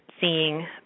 seeing